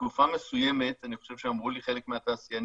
בתקופה מסוימת אני חושב שאמרו לי חלק מהתעשיינים: